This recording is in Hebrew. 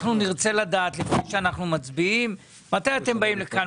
אנחנו נרצה לדעת לפני שאנחנו מצביעים מתי אתם באים לכאן,